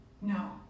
No